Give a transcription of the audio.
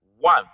One